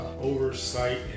oversight